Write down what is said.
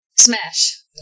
Smash